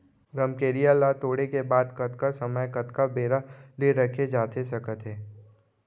रमकेरिया ला तोड़े के बाद कतका समय कतका बेरा ले रखे जाथे सकत हे?